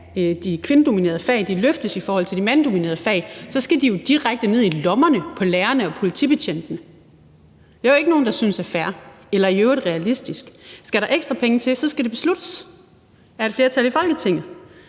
de kvindedominerede fag løftes i forhold til de mandedominerede fag, skal de jo direkte ned i lommerne på lærerne og politibetjentene, og det er der jo ikke nogen der synes er fair eller realistisk. Skal der ekstra penge til, skal det besluttes af et flertal i Folketinget.